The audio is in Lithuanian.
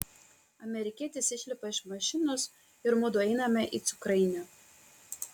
amerikietis išlipa iš mašinos ir mudu einame į cukrainę